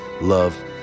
love